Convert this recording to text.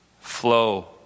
Flow